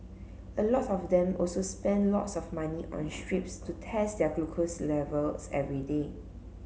a lot of them also spend lots of money on strips to test their glucose levels every day